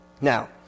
Now